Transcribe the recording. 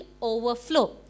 overflow